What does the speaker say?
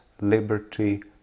liberty